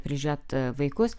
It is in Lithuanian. prižiūrėt vaikus